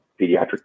pediatric